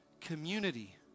community